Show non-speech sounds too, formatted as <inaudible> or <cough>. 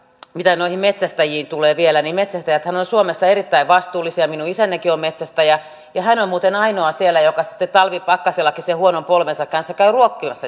mitä noihin metsästäjiin tulee vielä niin metsästäjäthän ovat suomessa erittäin vastuullisia minun isänikin on metsästäjä ja hän on muuten ainoa siellä joka sitten talvipakkasellakin sen huonon polvensa kanssa käy ruokkimassa <unintelligible>